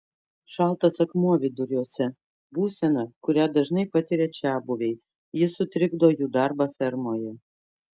šaltas akmuo viduriuose būsena kurią dažnai patiria čiabuviai ji sutrikdo jų darbą fermoje